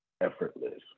Effortless